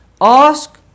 ask